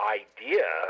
idea